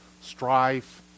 strife